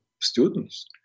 students